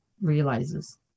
realizes